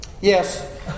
Yes